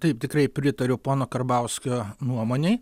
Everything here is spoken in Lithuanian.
taip tikrai pritariu pono karbauskio nuomonei